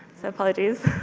so apologies.